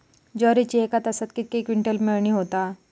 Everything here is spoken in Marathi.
ज्वारीची एका तासात कितके क्विंटल मळणी होता?